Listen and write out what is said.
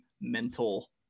mental